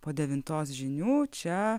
po devintos žinių čia